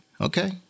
Okay